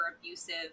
abusive